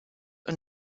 und